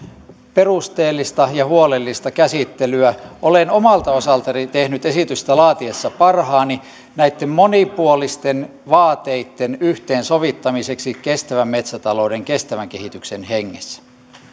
perusteellista ja huolellista käsittelyä olen omalta osaltani tehnyt esitystä laatiessa parhaani näitten monipuolisten vaateitten yhteensovittamiseksi kestävän metsätalouden kestävän kehityksen hengessä